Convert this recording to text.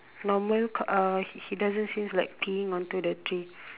normal uh he doesn't seems like peeing onto the tree